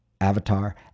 Avatar